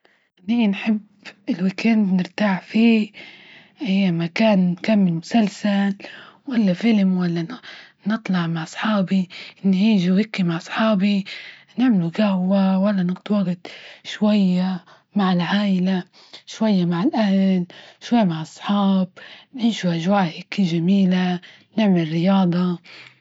إني نحب الويك إند نرتاح فيه ،هي مكان نكمل مسلسل، ولا فيلم ،ولا نطلع مع أصحابي نعيش هيكي مع أصحابي، نعملو جهوة ،ولا شوية مع العايلة، شوية مع الأهل شوية مع الصحاب نعيش أجواء هيكي جميلة، نعمل رياضة.